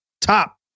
top